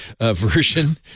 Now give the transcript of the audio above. version